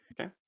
Okay